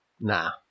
Nah